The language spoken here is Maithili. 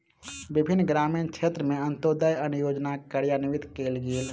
विभिन्न ग्रामीण क्षेत्र में अन्त्योदय अन्न योजना कार्यान्वित कयल गेल